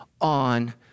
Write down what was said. on